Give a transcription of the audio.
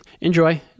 enjoy